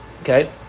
Okay